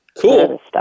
cool